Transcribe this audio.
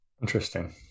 interesting